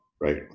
right